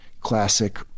classic